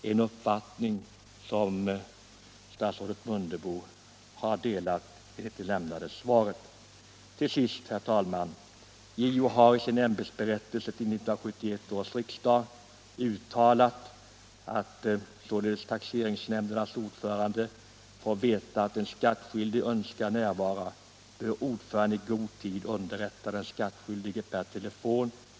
Den uppfattningen delar statsrådet Mundebo, att döma av det lämnade svaret.